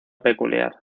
peculiar